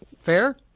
fair